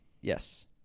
yes